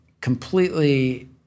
completely